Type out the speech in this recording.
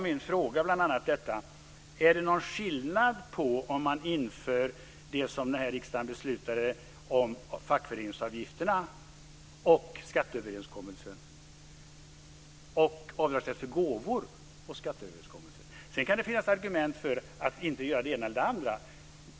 Min fråga var bl.a.: Är det någon skillnad, i förhållande till skatteöverenskommelsen, mellan att införa det som riksdagen beslutade om avdragsrätt för fackföreningsavgifter och att införa avdragsrätt för gåvor? Det kan förstås finnas argument för att inte införa avdragsrätt för vare sig det ena eller det andra.